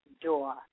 door